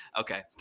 Okay